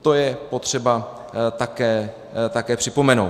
To je potřeba také připomenout.